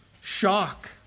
shock